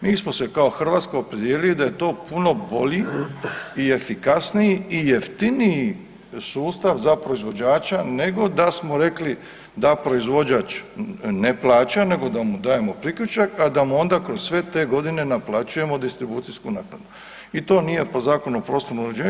Mi smo se kao Hrvatska opredijelili da je to puno bolji i efikasniji i jeftiniji sustav za proizvođača nego da smo rekli da proizvođač ne plaća nego da mu dajemo priključak, a da mu onda kroz sve te godine naplaćujemo distribucijsku naknadu i to nije po Zakonu o prostornom uređenju.